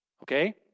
Okay